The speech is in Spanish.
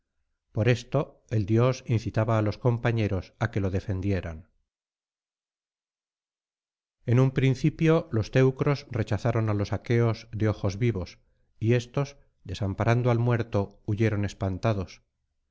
por esto el dios incitaba á los compañeros á que lo defendieran en un principio los teucros rechazaron á los aqueos de ojos vivos y éstos desamparando al muerto huyeron espantados